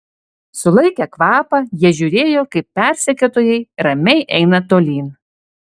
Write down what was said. sulaikę kvapą jie žiūrėjo kaip persekiotojai ramiai eina tolyn